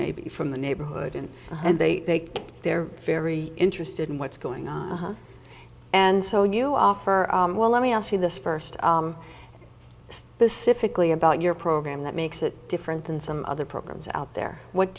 maybe from the neighborhood and and they they're very interested in what's going on and so you offer well let me ask you this first this specific lea about your program that makes it different than some other programs out there what